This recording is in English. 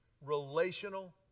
relational